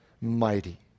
mighty